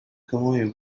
kamuoyu